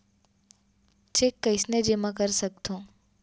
Cheque कईसने जेमा कर सकथो?